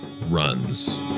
runs